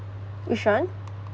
which one